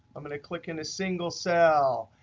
i'm going to click in a single cell.